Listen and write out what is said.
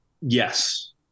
Yes